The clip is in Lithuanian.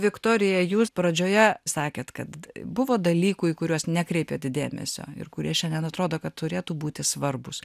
viktorija jūs pradžioje sakėt kad buvo dalykų į kuriuos nekreipėt dėmesio ir kurie šiandien atrodo kad turėtų būti svarbūs